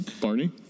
Barney